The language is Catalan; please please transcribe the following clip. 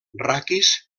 raquis